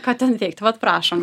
ką ten teikti vat prašom